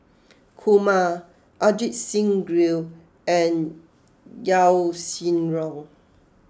Kumar Ajit Singh Gill and Yaw Shin Reong